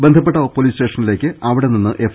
ബന്ധ പ്പെട്ട പൊലീസ് സ്റ്റേഷനിലേക്ക് അവിടെ നിന്ന് എഫ്